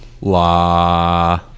La